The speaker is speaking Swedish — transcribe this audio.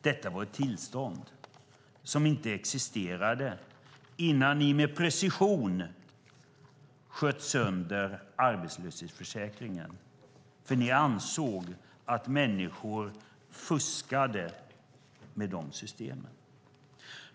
Detta var ett tillstånd som inte existerade innan ni med precision sköt sönder arbetslöshetsförsäkringen för att ni ansåg att människor fuskade med systemen.